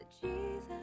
Jesus